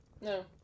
No